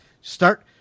start